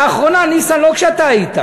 לאחרונה, ניסן, לא כשאתה היית.